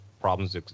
problems